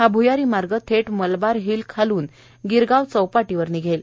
हा भ्यारी मार्ग थेट मलबार हिल खालून गिरगाव चौपाटीवर निघणार आहे